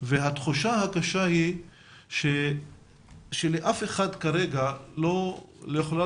והתחושה הקשה היא שלאף אחד כרגע לא יכולה